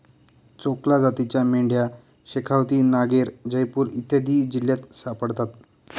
चोकला जातीच्या मेंढ्या शेखावती, नागैर, जयपूर इत्यादी जिल्ह्यांत सापडतात